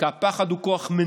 כי הפחד הוא כוח מניע,